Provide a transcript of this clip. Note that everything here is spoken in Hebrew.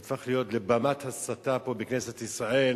נהפך להיות לבמת הסתה פה בכנסת ישראל.